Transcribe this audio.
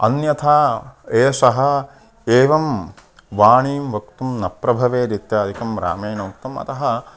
अन्यथा एषः एवं वाणीं वक्तुं न प्रभवेद् इत्यादिकं रामेण उक्तम् अतः